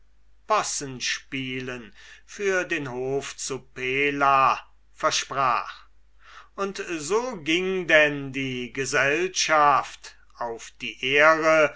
possenspielen für den hof zu pella versprach und so ging dann die gesellschaft auf die ehre